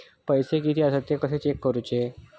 पैसे कीतके आसत ते कशे चेक करूचे?